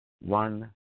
One